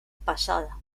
pasada